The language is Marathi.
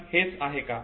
पण हेच आहे का